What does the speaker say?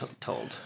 told